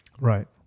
Right